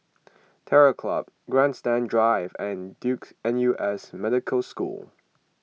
Terror Club Grandstand Drive and Duke N U S Medical School